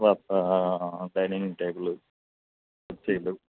తర్వాతా dining table కుర్చీలు